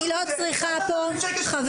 חברים, אני לא צריכה פה עזרה.